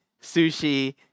sushi